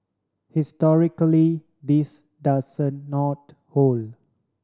historically this not hold